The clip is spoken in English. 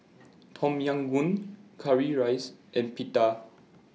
Tom Yam Goong Currywurst and Pita